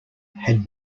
had